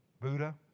Buddha